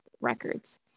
records